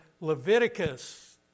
Leviticus